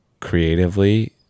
creatively